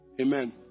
Amen